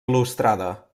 il·lustrada